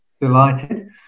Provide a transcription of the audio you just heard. delighted